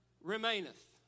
remaineth